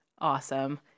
Awesome